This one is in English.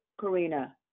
Karina